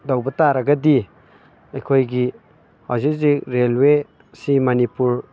ꯇꯧꯕ ꯇꯥꯔꯒꯗꯤ ꯑꯩꯈꯣꯏꯒꯤ ꯍꯧꯖꯤꯛ ꯍꯨꯖꯤꯛ ꯔꯦꯜꯋꯦꯁꯤ ꯃꯅꯤꯄꯨꯔ